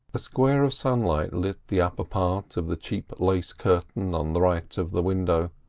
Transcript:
a square of sunlight lit the upper part of the cheap lace curtain on the right of the window,